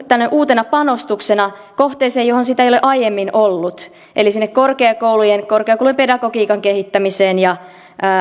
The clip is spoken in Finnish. tänne uutena panostuksena kohteeseen jossa sitä ei ole aiemmin ollut eli korkeakoulujen pedagogiikan kehittämiseen ja